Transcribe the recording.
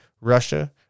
Russia